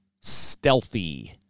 stealthy